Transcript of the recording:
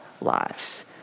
lives